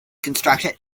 constructed